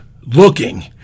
looking